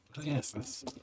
Yes